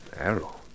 Arrow